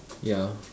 ya